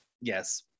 yes